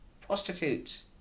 prostitutes